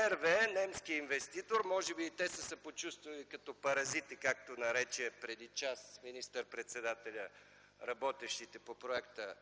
– немски инвеститор, може би са се почувствали като паразити, както нарече преди час министър-председателят работещите по проекта